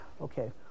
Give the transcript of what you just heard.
Okay